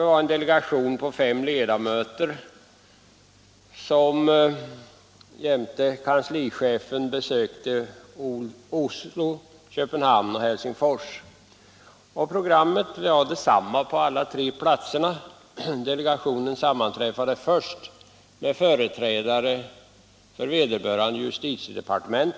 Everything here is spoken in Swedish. Det var en delegation om fem ledamöter som jämte kanslichefen besökte Oslo, Köpenhamn och Helsingfors. Programmet var detsamma på alla tre platserna. Delegationen sammanträffade först med företrädare för vederbörande justitiedepartement